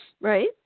Right